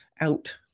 out